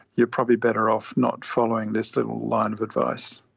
you're probably better off not following this little line of advice.